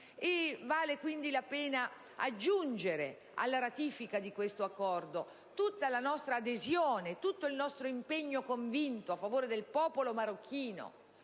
Vale dunque la pena di aggiungere alla ratifica di questo Accordo tutta la nostra adesione e tutto il nostro impegno convinto a favore del popolo marocchino,